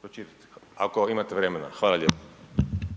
Pročitajte, ako imate vremena. Hvala lijepa.